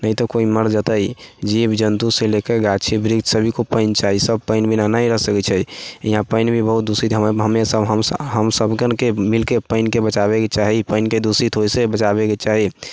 नहि तो कोइ मर जेतै जीव जन्तुसँ लेकर गाछी वृक्ष सभी को पानि चाही सभ पानि बिना नहि रहि सकै छै यहाँ पानि भी बहुत दूषित हमेशा हम सभके मिलके पानिके बचाबैके चाही पानिके दूषित होइसँ बचाबैके चाही